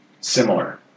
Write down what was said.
similar